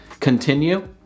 Continue